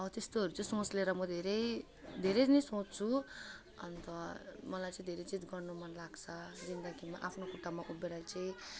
हो त्यस्तोहरू चाहिँ सोच लिएर म धेरै धेरै नि सोच्छु अन्त मलाई चाहिँ धेरै चिज गर्नु मन लाग्छ जिन्दगीमा आफ्नो खुट्टामा उभिएर चाहिँ